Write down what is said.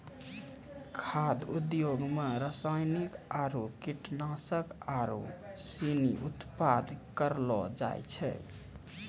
खाद्य उद्योग मे रासायनिक आरु कीटनाशक आरू सनी उत्पादन करलो जाय छै